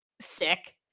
Sick